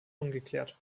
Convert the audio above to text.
ungeklärt